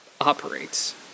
operates